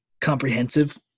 comprehensive